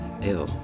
ew